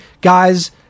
guys